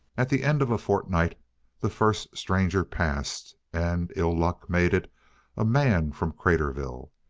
at the end of a fortnight the first stranger passed, and ill-luck made it a man from craterville.